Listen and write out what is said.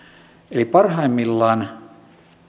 eli parhaimmillaan